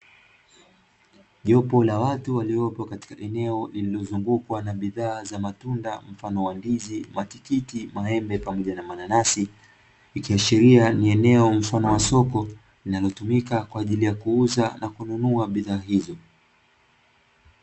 Jopo la watu lililopo katika eneo, lililo zungukwa na bidhaa za matundu mfano ndizi, matikiti, maembe pamoja na mananasi ikiashiria ni eneo mfano wa soko linalotumika kwa ajili ya kuuza na kununua bidhaa hizo.